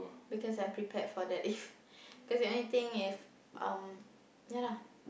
because I'm prepared for that if because anything if um ya lah